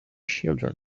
children